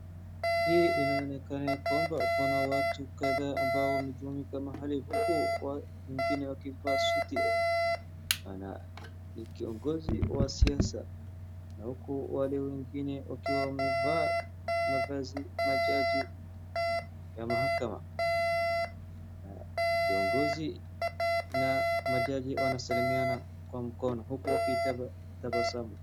Hii inaoneka ya kwamba kuna watu kadhaa ambao wamejumuika mahali huku wengine wakivaa suti, na ni kiongozi wa siasa, na huku wale wengine wakiwa wamevaa mavazi ya majaji ya mahakama, na kiongozi na majaji wanasalimiana kwa mkono huku wakitabasamu.